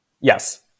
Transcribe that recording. Yes